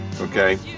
okay